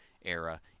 era